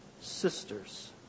sisters